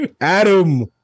Adam